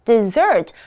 Dessert